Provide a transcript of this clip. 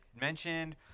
mentioned